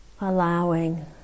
allowing